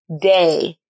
day